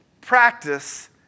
practice